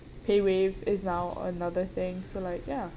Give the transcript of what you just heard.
PayWave is now another thing so like ya